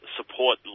support